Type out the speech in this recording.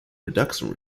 reduction